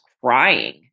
crying